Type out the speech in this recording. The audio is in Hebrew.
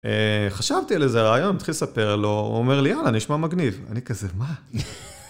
חשבתי על איזה רעיון, צריך לספר לו, הוא אומר לי, יאללה, נשמע מגניב. אני כזה, מה?